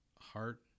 heart